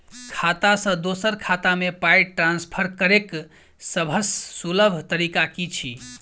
खाता सँ दोसर खाता मे पाई ट्रान्सफर करैक सभसँ सुलभ तरीका की छी?